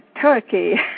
Turkey